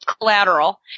Collateral